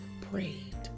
prayed